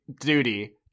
duty